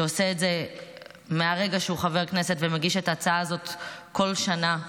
שעושה את זה מהרגע שהוא חבר כנסת ומגיש את ההצעה הזאת כל שנה,